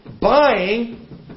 buying